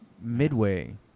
Midway